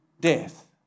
death